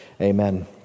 Amen